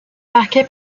marqué